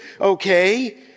okay